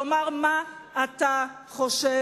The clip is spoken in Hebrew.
תאמר מה אתה חושב.